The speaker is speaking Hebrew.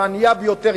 והענייה ביותר,